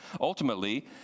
Ultimately